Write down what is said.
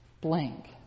blank